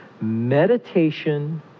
meditation